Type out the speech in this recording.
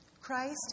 Christ